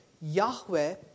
Yahweh